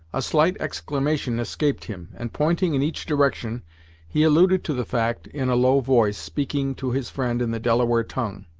a slight exclamation escaped him, and pointing in each direction he alluded to the fact in a low voice, speaking to his friend in the delaware tongue.